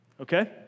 okay